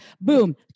Boom